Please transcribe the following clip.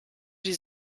die